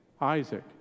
Isaac